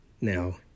Now